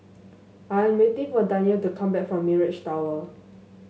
I am waiting for Danyel to come back from Mirage Tower